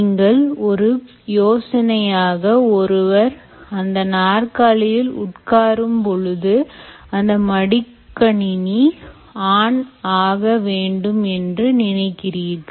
நீங்கள் ஒரு யோசனையாக ஒருவர் அந்த நாற்காலியில் உட்காரும் பொழுது அந்த மடிக்கணினி ஆன் ஆக வேண்டும் என்று நினைக்கிறீர்கள்